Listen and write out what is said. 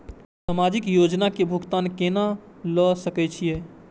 समाजिक योजना के भुगतान केना ल सके छिऐ?